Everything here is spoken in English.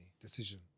Decision